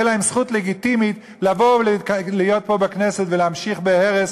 תהיה להן זכות לגיטימית לבוא ולהיות פה בכנסת ולהמשיך בהרס,